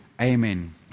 Amen